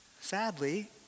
Sadly